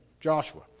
Joshua